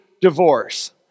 divorce